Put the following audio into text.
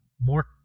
more